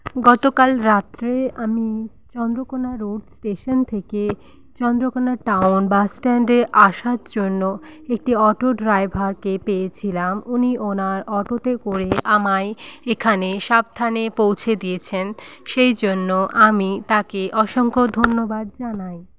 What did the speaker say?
গতকাল রাত্রে আমি চন্দ্রকোনা রোড স্টেশন থেকে চন্দ্রকোনা টাউন বাস স্ট্যান্ডে আসার জন্য একটি অটো ড্রাইভারকে পেয়েছিলাম উনি ওনার অটোতে করে আমায় এখানে সাবধানে পৌঁছে দিয়েছেন সেইজন্য আমি তাকে অসংখ্য ধন্যবাদ জানাই